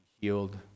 healed